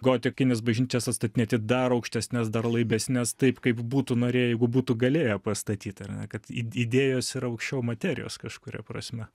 gotikines bažnyčias atstatinėti dar aukštesnes dar laibesnes taip kaip būtų norėję jeigu būtų galėję pastatyt ar ne kad id idėjos yra aukščiau materijos kažkuria prasme